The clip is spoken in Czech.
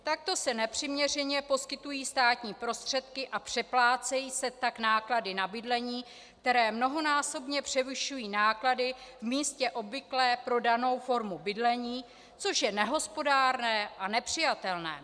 Takto se nepřiměřeně poskytují státní prostředky a přeplácejí se tak náklady na bydlení, které mnohonásobně převyšují náklady v místě obvyklé pro danou formu bydlení, což je nehospodárné a nepřijatelné.